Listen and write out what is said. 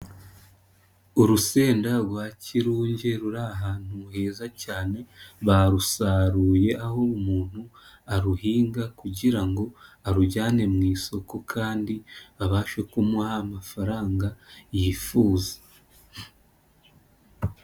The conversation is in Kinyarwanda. Urusenda rwa kirunge ruri ahantu heza cyane, barusaruye, aho umuntu aruhinga kugira ngo arujyane mu isoko kandi babashe kumuha amafaranga yifuza.